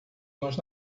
nos